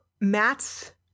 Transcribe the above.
Matt's